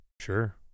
Sure